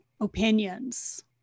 opinions